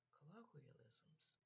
Colloquialisms